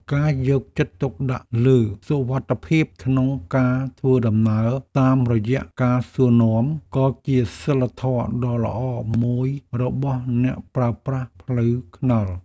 ការយកចិត្តទុកដាក់លើសុវត្ថិភាពក្នុងការធ្វើដំណើរតាមរយៈការសួរនាំ ក៏ជាសីលធម៌ដ៏ល្អមួយរបស់អ្នកប្រើប្រាស់ផ្លូវថ្នល់។